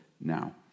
now